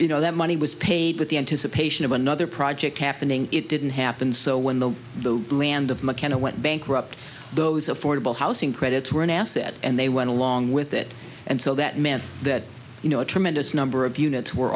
you know that money was paid with the anticipation of another project happening it didn't happen so when the the land of mckenna went bankrupt those affordable housing credits were an asset and they went along with it and so that meant that you know a tremendous number of units were